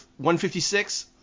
156